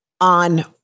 on